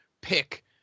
pick